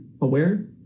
aware